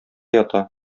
ята